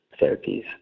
therapies